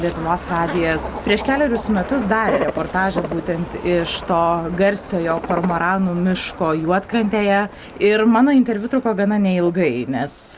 lietuvos radijas prieš kelerius metus darė reportažą būtent iš to garsiojo kormoranų miško juodkrantėje ir mano interviu truko gana neilgai nes